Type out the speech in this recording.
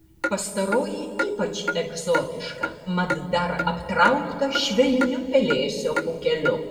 pastaroji ypač egzotiška mat dar aptraukta švelniu pelėsio pūkeliu